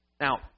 Now